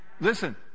Listen